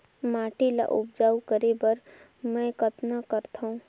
माटी ल उपजाऊ करे बर मै कतना करथव?